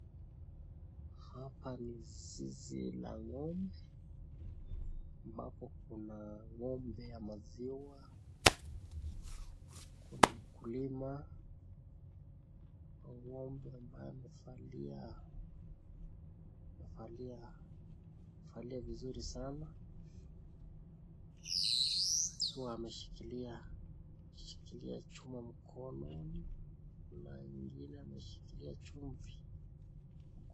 Hapa ni zizi la ng'ombe ambapo kuna ng'ombe ya maziwa, kuna mkulima wa ng'ombe ambaye amevalia vizuri sana akiwa ameshikilia chuma mkononi na ingine ameshikilia chumvi.